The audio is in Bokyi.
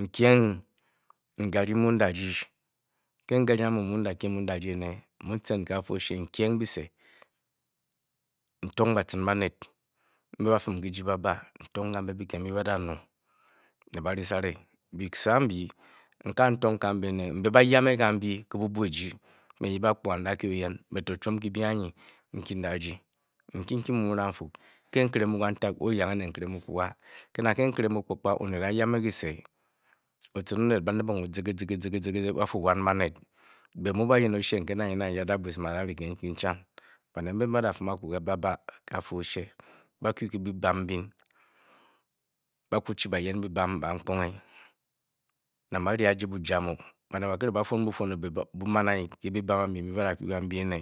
n-kye ng ganyi, mu n daryi. Ke garyi amu mu ndayi ene mu n-cen ke byise, ambyi n-teng bacen banet mbe badafim. kyiji ba-ba byise ambyi. Byise ambyi mbyi mbe badanung ene baire sare mbe ba-yame kambyi ba-kye me akpga n-yip ndakye oyen me to chwom kyi-byi anyi nkyi ndanyi mkyi mbe ba-yame ka mbyi to. n-raeng n|fu nkere mu kantik o|yange. Ne nkere mu kpakpa Ke nkere mu kpa kpa Onet atiyame kyise ocin onet ba-mbe ng zige zige zige, balfu, wan banet. Be mu bayen oshe nke adabwa esin a dare ke nkyi nchan. Banet mbe mbe bedafin aku ba-ba ke kafa oshe ke byi kam mbyin, ba-kuchi bayen ambe. byibam bam kponge nang ba|re aje bujam o, banet arnde be-fwon bufwon ebe bu-man enyi ke kyiben ambyi mbyi badakyu ene